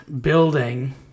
building